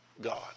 God